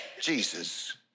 Jesus